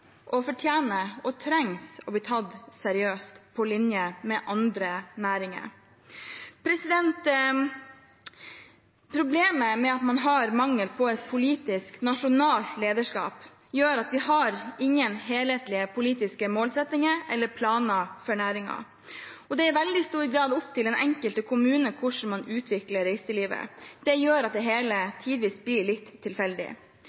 og trenger å bli tatt seriøst, på linje med andre næringer. Problemet med at man har mangel på et politisk nasjonalt lederskap, er at vi ikke har noen helhetlige politiske målsettinger eller planer for næringen, og det er i veldig stor grad opp til den enkelte kommune hvordan man utvikler reiselivet. Det gjør at det hele tidvis blir litt tilfeldig.